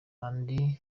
andi